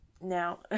now